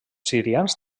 sirians